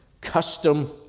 custom